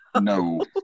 No